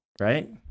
right